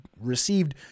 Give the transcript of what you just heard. received